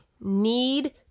need